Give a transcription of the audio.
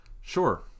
Sure